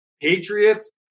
Patriots